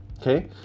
okay